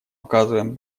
оказываем